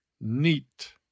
Neat